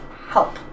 Help